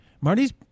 Marty's